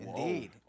Indeed